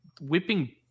whipping